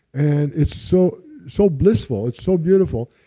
and it's so so blissful, it's so beautiful.